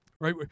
right